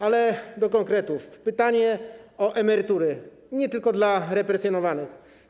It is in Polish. Ale do konkretów, pytanie o emerytury nie tylko dla represjonowanych.